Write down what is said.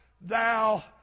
thou